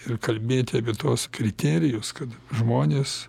ir kalbėti apie tuos kriterijus kad žmonės